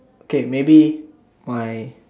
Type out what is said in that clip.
okay maybe my